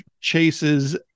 chases